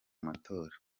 matora